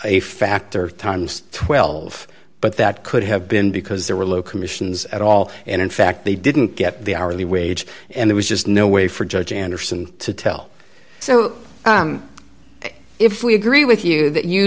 a factor times twelve but that could have been because there were low commissions at all and in fact they didn't get the hourly wage and there's just no way for judge andersen to tell so if we agree with you that you